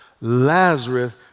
Lazarus